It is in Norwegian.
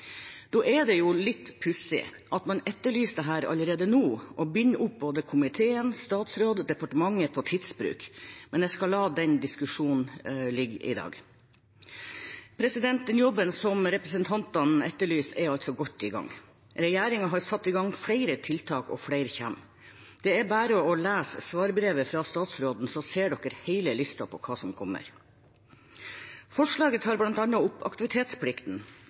Da er det jo litt pussig at man etterlyser dette allerede nå og binder opp både komiteen, statsråden og departementet på tidsbruk, men jeg skal la den diskusjonen ligge i dag. Den jobben som representantene etterlyser, er altså godt i gang. Regjeringen har satt i gang flere tiltak, og flere kommer. Det er bare å lese svarbrevet fra statsråden, så ser man hele listen over hva som kommer. Forslaget tar opp